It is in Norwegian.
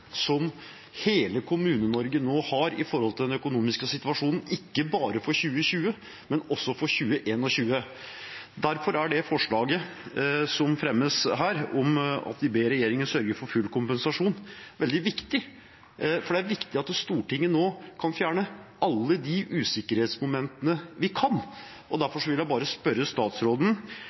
som hele Kommune-Norge nå har for den økonomiske situasjonen, ikke bare for 2020, men også for 2021? Derfor er det forslaget som fremmes her, der vi ber Regjeringen sørge for full kompensasjon, veldig viktig. Det er viktig at Stortinget nå fjerner alle de usikkerhetsmomentene vi kan. Derfor vil jeg spørre statsråden: